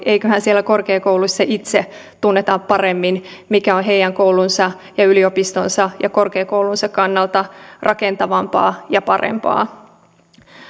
eiköhän siellä korkeakouluissa itse tunneta paremmin mikä on heidän koulunsa ja yliopistonsa ja korkeakoulunsa kannalta rakentavampaa ja parempaa